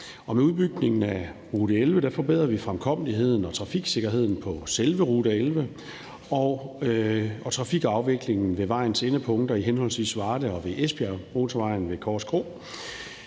Med udbygningen af rute 11 forbedrer vi fremkommeligheden og trafiksikkerheden på selve rute 11 og trafikafviklingen ved vejens endepunkter i henholdsvis Varde og ved Esbjergmotorvejen ved Korskro.